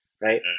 right